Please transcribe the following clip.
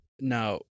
now